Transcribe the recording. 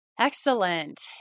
Excellent